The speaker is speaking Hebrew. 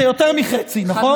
זה יותר מחצי, נכון?